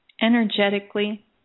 Energetically